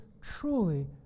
truly